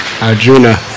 Arjuna